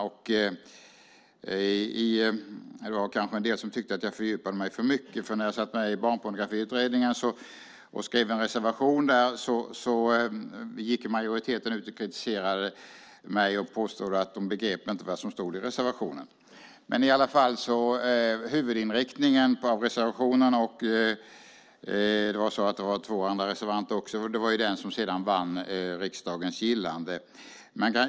En del tyckte kanske att jag fördjupade mig för mycket. När jag satt med i Barnpornografiutredningen och skrev en reservation där kritiserade majoriteten mig och påstod att de inte begrep vad som stod i reservationen. Huvudinriktningen i reservationen - det var två andra reservanter också - vann sedan riksdagens gillande.